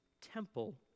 temple